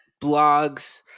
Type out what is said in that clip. blogs